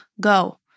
go